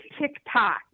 TikTok